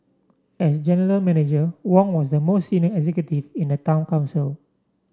as general Manager Wong was the most senior executive in the town council